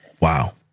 Wow